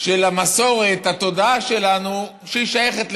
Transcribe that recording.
של המסורת, התודעה שלנו, שהיא שייכת לכולם.